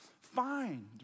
find